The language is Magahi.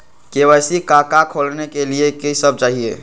के.वाई.सी का का खोलने के लिए कि सब चाहिए?